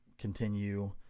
continue